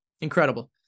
Incredible